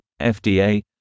FDA